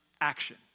action